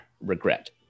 regret